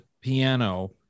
piano